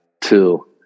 two